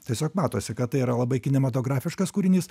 tiesiog matosi kad tai yra labai kinematografiškas kūrinys